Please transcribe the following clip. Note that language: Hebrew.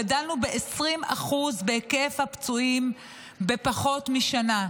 גדלנו ב-20% בהיקף הפצועים בפחות משנה.